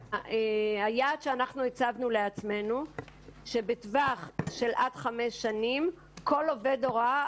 היעד שאנחנו הצבנו לעצמנו הוא שבטווח של עד חמש שנים כל עובד הוראה